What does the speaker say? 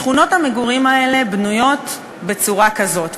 שכונות המגורים האלה בנויות בצורה כזאת,